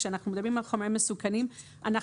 כשאנחנו מדברים על חומרים מסוכנים אנחנו